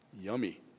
Yummy